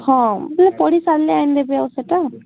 ହଁ ମୁଁ ପଢ଼ି ସାରିଲେ ନେବି ଆଉ ସେଇଟା